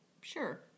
sure